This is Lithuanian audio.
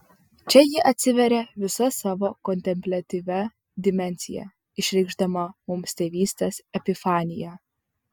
čia ji atsiveria visa savo kontempliatyvia dimensija išreikšdama mums tėvystės epifaniją